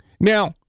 Now